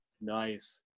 nice